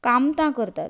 काम करतात